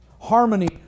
Harmony